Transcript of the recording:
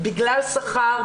בגלל שכר,